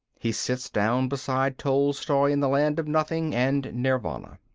he sits down beside tolstoy in the land of nothing and nirvana.